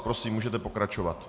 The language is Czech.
Prosím, můžete pokračovat.